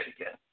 again